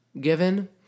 given